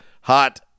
hot